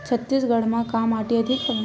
छत्तीसगढ़ म का माटी अधिक हवे?